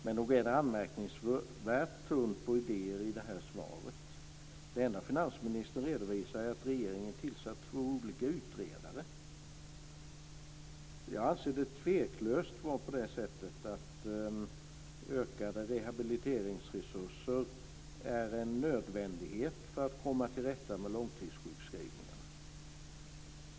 Men nog är det anmärkningsvärt tunt på idéer i det här svaret. Det enda finansministern redovisar är att regeringen har tillsatt två olika utredare. Jag anser det tveklöst vara på det sättet att ökade rehabiliteringsresurser är en nödvändighet för att komma till rätta med långtidssjukskrivningarna.